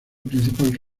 principal